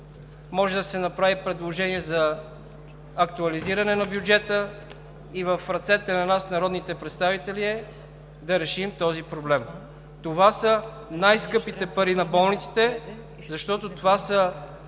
може да се направи предложение за актуализиране на бюджета и в ръцете на нас – народните представители е да решим този проблем. Това са най-скъпите пари на болниците, защото това са